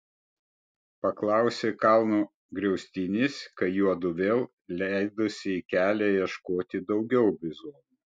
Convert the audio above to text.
paklausė kalno griaustinis kai juodu vėl leidosi į kelią ieškoti daugiau bizonų